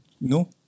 No